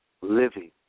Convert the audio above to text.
living